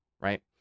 right